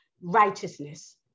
righteousness